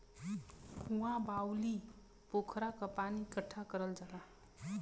कुँआ, बाउली, पोखरा क पानी इकट्ठा करल जाला